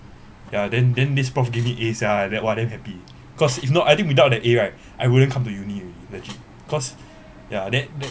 ya then then this prof give me As ya and then !wah! damn happy cause if not I think without that A right I wouldn't come to uni already legit cause ya then then